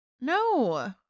No